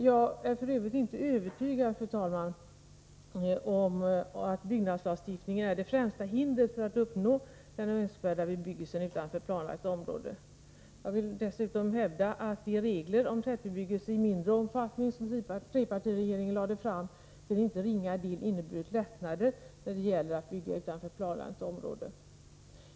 Jag är f. ö. inte övertygad om att byggnadslagstiftning är det främsta hindret för att uppnå den önskvärda bebyggelsen utanför planlagt område. Jag vill dessutom hävda att de regler om tätbebyggelse i mindre omfattning som trepartiregeringen lade fram till inte ringa del inneburit lättnader när det gäller att bygga utanför planlagda områden.